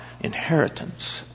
Inheritance